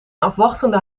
afwachtende